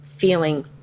feeling